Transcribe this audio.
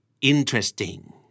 Interesting